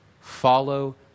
follow